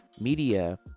media